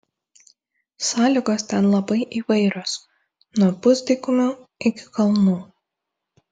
sąlygos ten labai įvairios nuo pusdykumių iki kalnų